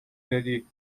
دادی